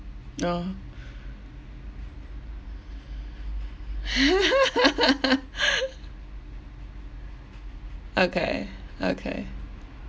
oh okay okay